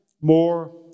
more